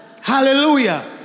hallelujah